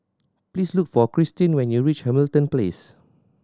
please look for Christene when you reach Hamilton Place